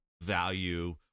value